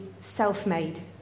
self-made